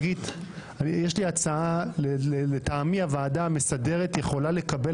יש לי הצעה לטעמי הוועדה המסדרת יכולה לקבל